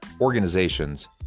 organizations